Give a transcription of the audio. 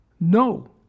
No